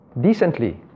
decently